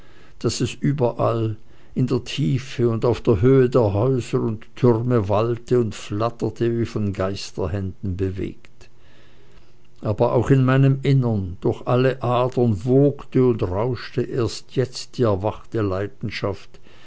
daß es überall in der tiefe und auf der höhe der häuser und türme wallte und flatterte wie von geisterhänden bewegt aber auch in meinem innern durch alle adern wogte und rauschte erst jetzt die erwachte leidenschaft